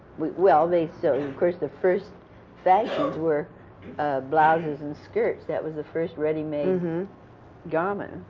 we. well, they so, of course, the first fashions were blouses and skirts. that was the first readymade and garment.